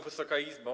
Wysoka Izbo!